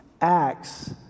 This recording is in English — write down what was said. Acts